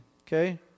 okay